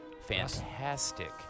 fantastic